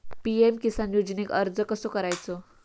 PM किसान योजनेक अर्ज कसो करायचो?